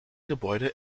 gebäude